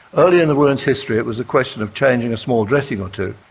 early in the wound's history it was a question of changing a small dressing or two,